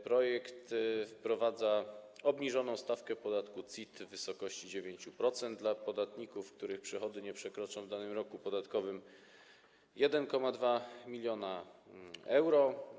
Projekt wprowadza obniżoną stawkę podatku CIT w wysokości 9% dla podatników, których przychody nie przekroczą w danym roku podatkowym 1,2 mln euro.